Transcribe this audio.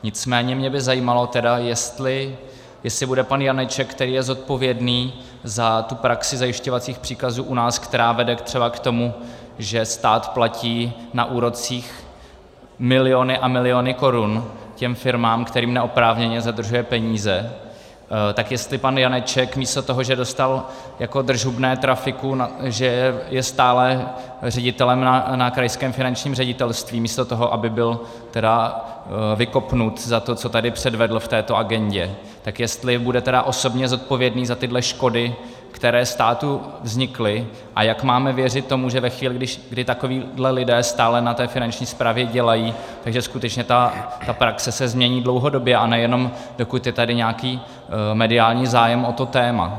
Nicméně mě by tedy zajímalo, jestli bude pan Janeček, který je zodpovědný za praxi zajišťovacích příkazů u nás, která vede třeba k tomu, že stát platí na úrocích miliony a miliony korun těm firmám, kterým neoprávněně zadržuje peníze, tak jestli pan Janeček místo toho, že dostal jako držhubné trafiku, že je stále ředitelem na krajském finančním ředitelství místo toho, aby byl tedy vykopnut za to, co tady předvedl v této agendě, tak jestli bude tedy osobně zodpovědný za tyhle škody, které státu vznikly, a jak máme věřit tomu, že ve chvíli, kdy takovíhle lidé stále na Finanční správě dělají, že skutečně ta praxe se změní dlouhodobě, a nejenom dokud je tady nějaký mediální zájem o to téma.